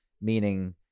meaning